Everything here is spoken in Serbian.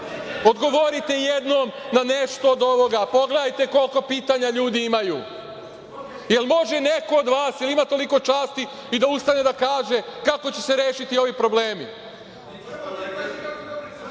Odgovorite jednom na nešto od ovoga. Pogledajte koliko pitanja ljudi imaju. Jel može neko od vas, da li ima toliko časti, da ustane da kaže kako će se rešiti ovi problemi